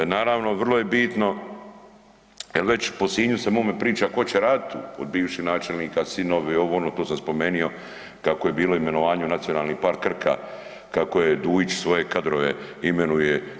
Vrlo je bitno jel već po Sinju se mome priča tko će raditi tu, od bivših načelnika sinovi, ovo, ono to sam spomenuo kako je bilo imenovanje Nacionalni park „Krka“ kako je Dujić svoje kadrove imenuje.